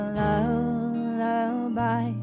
lullaby